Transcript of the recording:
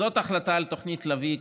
זאת ההחלטה על תוכנית לביא,